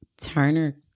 turner